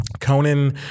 Conan